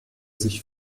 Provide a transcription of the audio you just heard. sich